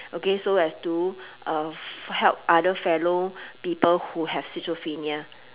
okay so as to uh help other fellow people who have schizophrenia